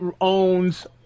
owns